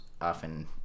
often